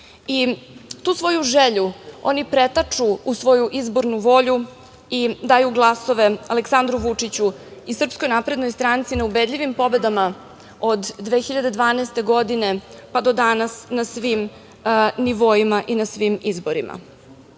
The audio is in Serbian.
Tu svoju želju oni pretaču u svoju izbornu volju i daju glasove Aleksandru Vučiću i SNS na ubedljivim pobedama od 2012. godine pa do danas na svim nivoima i na svim izborima. Lično,